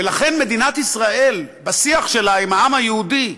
ולכן, מדינת ישראל, בשיח שלה עם העם היהודי,